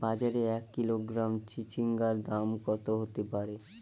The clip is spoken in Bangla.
বাজারে এক কিলোগ্রাম চিচিঙ্গার দাম কত হতে পারে?